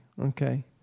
Okay